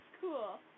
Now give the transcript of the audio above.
cool